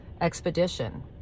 expedition